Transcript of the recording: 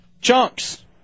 Chunks